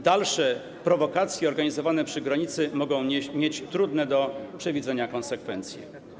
Dalsze prowokacje organizowane przy granicy mogą mieć trudne do przewidzenia konsekwencje.